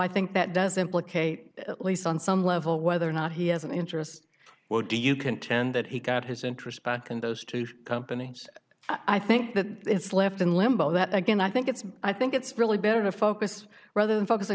i think that does implicate at least on some level whether or not he has an interest or do you contend that he got his interest in those two companies i think that it's left in limbo that again i think it's i think it's really better to focus rather than focusing